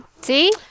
See